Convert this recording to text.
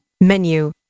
menu